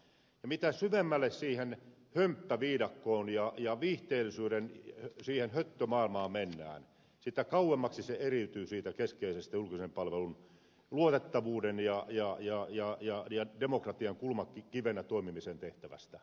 mitä syvemmälle siihen hömppäviidakkoon ja viihteellisyyden höttömaailmaan mennään sitä kauemmaksi se eriytyy siitä keskeisestä julkisen palvelun luotettavuuden ja demokratian kulmakivenä toimimisen tehtävästä